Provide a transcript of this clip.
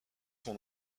son